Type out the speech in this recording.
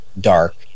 dark